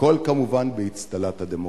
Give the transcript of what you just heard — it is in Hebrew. הכול, כמובן, באצטלת הדמוקרטיה.